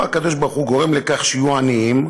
הקדוש-ברוך-הוא גורם לכך שיהיו עניים,